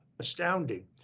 Astounding